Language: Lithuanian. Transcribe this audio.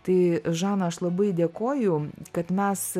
tai žana aš labai dėkoju kad mes